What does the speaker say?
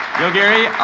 yo, gary.